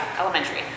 elementary